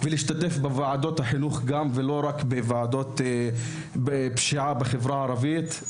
להשתתף בוועדות החינוך ולא רק בוועדות שקשורות לפשיעה בחברה הערבית.